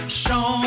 show